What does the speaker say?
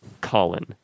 Colin